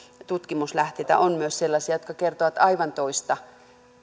tutkimuslähteitä on myös sellaisia jotka kertovat aivan toista